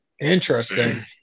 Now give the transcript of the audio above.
Interesting